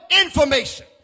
Information